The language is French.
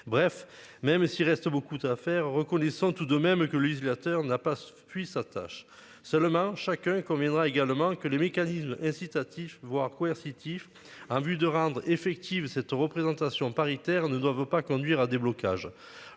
Bref, même s'il reste beaucoup à faire, reconnaissant tout de même que le législateur n'a pas puis attache seulement chacun conviendra également que les mécanismes incitatifs voire coercitifs vue de rendre effective cette représentation paritaire ne doivent pas conduire à déblocage